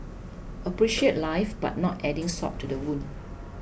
appreciate life but not adding salt to the wound